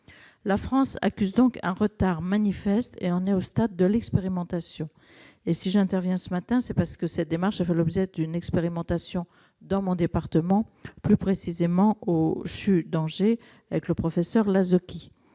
La France accuse un retard manifeste et en est au stade de l'expérimentation. Si j'interviens ce matin, c'est parce que cette démarche a fait l'objet d'une expérimentation dans mon département, plus précisément au CHU d'Angers, sous la conduite du professeur Lasocki.